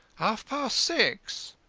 half-past six.